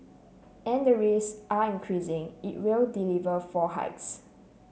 and the risks are increasing it will deliver four hikes